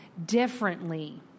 differently